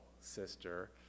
sister